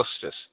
justice